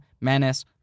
Menace